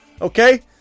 okay